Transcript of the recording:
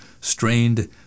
strained